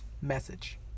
message